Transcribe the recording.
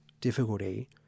difficulty